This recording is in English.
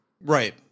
Right